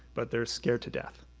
but they're scared to death.